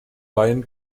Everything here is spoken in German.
bein